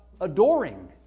adoring